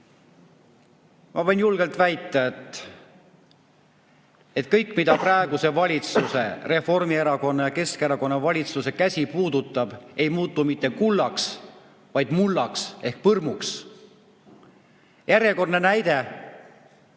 Ma võin julgelt väita, et kõik, mida praeguse valitsuse, Reformierakonna ja Keskerakonna valitsuse käsi puudutab, ei muutu mitte kullaks, vaid mullaks ehk põrmuks. Järjekordne näide